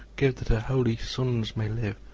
give that her holy sons may live!